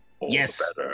Yes